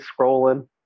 Scrolling